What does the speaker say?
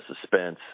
suspense